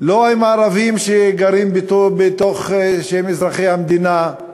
לא הערבים שגרים בתוך, שהם אזרחי המדינה,